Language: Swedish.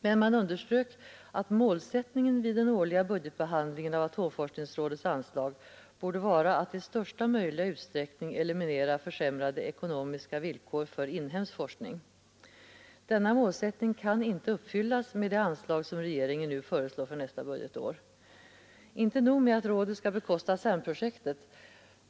Men man underströk att målsättningen vid den årliga budgetbehandlingen av atomforskningsrådets anslag borde vara att i största möjliga utsträckning eliminera försämrade ekonomiska villkor för inhemsk forskning. Denna målsättning kan inte uppfyllas med det anslag som regeringen nu föreslår för nästa budgetår. Inte nog med att rådet skall bekosta CERN-projektet.